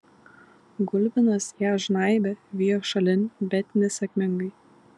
gulbinas ją žnaibė vijo šalin bet nesėkmingai